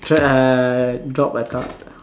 try drop a card